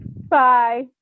Bye